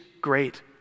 great